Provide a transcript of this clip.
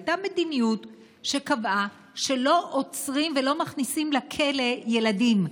הייתה מדיניות שקבעה שלא עוצרים ולא מכניסים לכלא ילדים.